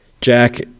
Jack